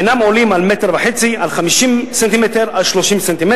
אינם עולים על 1.5 מטרים על 50 סנטימטרים על 30 סנטימטרים,